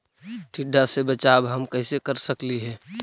टीडा से बचाव हम कैसे कर सकली हे?